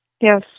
Yes